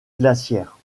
glaciaire